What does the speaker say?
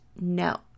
No